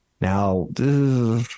Now